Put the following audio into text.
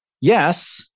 Yes